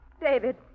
David